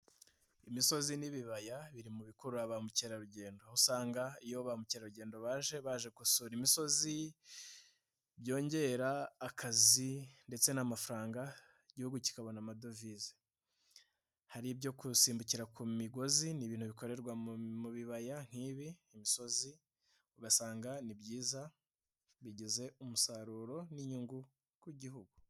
Imisozi n'ibibaya biri mu bikurura ba mukerarugendo, aho usanga iyo ba mukerarugendo baje baje gusura imisozi byongera akazi ndetse n'amafaranga igihugu kikabona amadovize, hari ibyo kurusimbukira ku migozi n'ibintu bikorerwa mu bibaya nk'ibi imisozi ugasanga ni byiza bigize umusaruro n'inyungu ku gihugu.